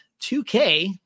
2k